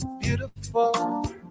beautiful